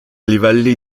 livelli